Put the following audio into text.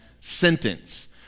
sentence